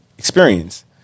Experience